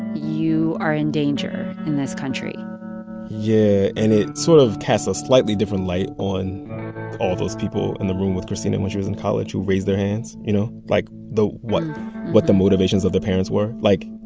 you are in danger in this country yeah. and it sort of casts a slightly different light on all those people in the room with christina when she was in college who raised their hands, you know? like, the what what the motivations of the parents were, like,